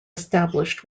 established